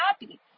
happy